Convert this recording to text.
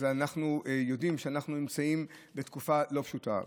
אז אנחנו יודעים שאנחנו נמצאים בתקופה לא פשוטה.